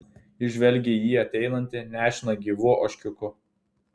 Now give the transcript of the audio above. ji žvelgė į jį ateinantį nešiną gyvu ožkiuku